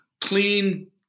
clean